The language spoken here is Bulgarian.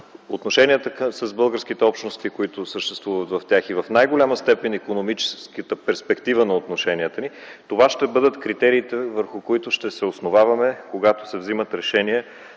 отношенията с българските общности, които съществуват в тях, и в най-голяма степен икономическата перспектива на отношенията ни, това ще бъдат критериите, върху които ще се основаваме, когато се взимат решения